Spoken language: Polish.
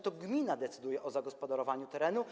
To gmina decyduje o zagospodarowaniu terenu.